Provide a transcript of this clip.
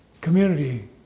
community